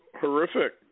horrific